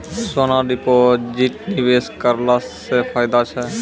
सोना deposit निवेश करला से फैदा छै?